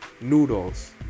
noodles